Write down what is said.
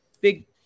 Big